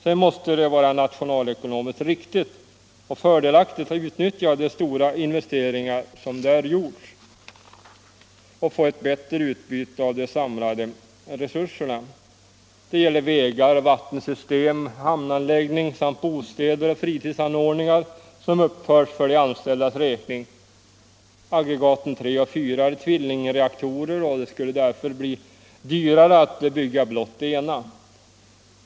Sedan måste det vara nationalekonomiskt riktigt och fördelaktigt att utnyttja de stora investeringar som där gjorts och få ett bättre utbyte av de samlade resurserna. Det gäller vägar, vattensystem, hamnanläggning samt bostäder och fritidsanordningar som uppförts för de anställdas räkning. Aggregaten III och IV är tvillingreaktorer, och det skulle därför bli förhållandevis dyrare att bygga blott det ena.